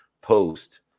post